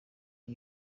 ngo